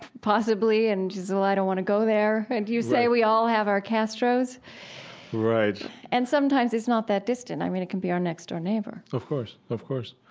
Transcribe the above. possibly and she says, well, i don't want to go there and you say we all have our castros right and sometimes it's not that distant. i mean, it could be our next door neighbor of course. of course.